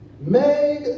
Made